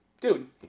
dude